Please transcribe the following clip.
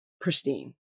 pristine